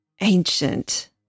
ancient